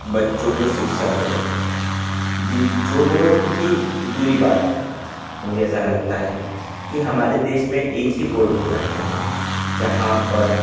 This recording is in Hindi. बच्चों को शिक्षा दे रहे हैं जी जो बहुत ही बुरी बात है मुझे ऐसा लगता है कि हमारे देश में एक ही बोर्ड होना चाहिए जहाँ पर